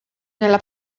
nella